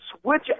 switch